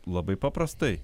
labai paprastai